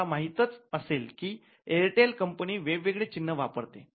तुम्हाला माहितीच असेल की एअरटेल कंपनी वेगवेगळे चिन्ह वापरते